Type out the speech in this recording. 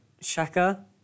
Shaka